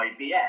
IBS